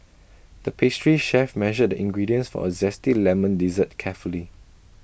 the pastry chef measured the ingredients for A Zesty Lemon Dessert carefully